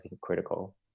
critical